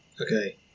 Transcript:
Okay